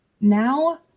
now